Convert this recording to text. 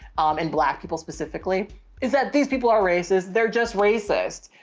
um and black people specifically is that these people are racist. they're just racist.